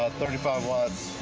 thirty five watts